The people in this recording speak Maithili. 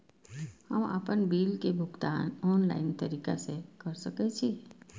हम आपन बिल के भुगतान ऑनलाइन तरीका से कर सके छी?